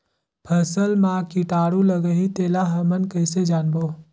फसल मा कीटाणु लगही तेला हमन कइसे जानबो?